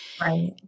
right